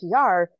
PR